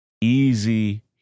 easy